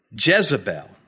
Jezebel